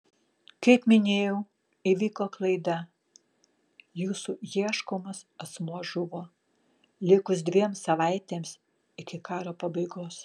kaip minėjau įvyko klaida jūsų ieškomas asmuo žuvo likus dviem savaitėms iki karo pabaigos